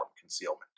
concealment